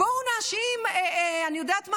בואו נאשים, אני יודעת מה?